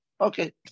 Okay